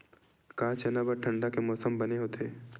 का चना बर ठंडा के मौसम बने होथे?